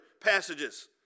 passages